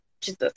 Jesus